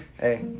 Hey